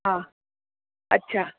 हा अच्छा